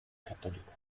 católico